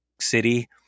city